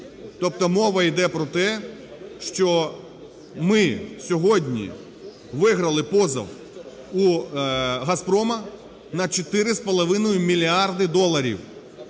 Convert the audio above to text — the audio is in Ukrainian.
Тобто мова іде про те, що ми сьогодні виграли позов у "Газпрому" на 4,5 мільярда доларів,